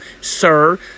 sir